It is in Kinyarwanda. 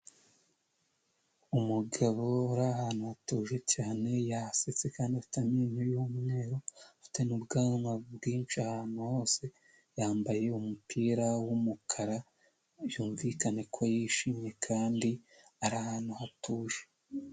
Umugabo uri ahantu hatuje cyane, yasetse kandi afite amenyo y'umweruru, afite n'ubwanwa bwinshi ahantu hose, yambaye umupira w'umukara, byumvikane ko yishimye kandi ari ahantu hatuje.